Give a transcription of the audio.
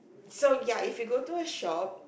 so ya if you go to a shop